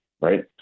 right